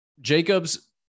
jacobs